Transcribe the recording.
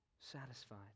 satisfied